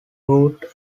route